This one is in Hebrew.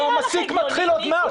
והמסיק מתחיל עוד מעט,